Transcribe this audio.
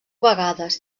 vegades